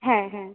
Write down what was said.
হ্যাঁ হ্যাঁ